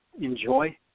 enjoy